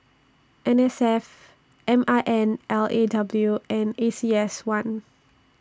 N S F M I N L A W and A C S one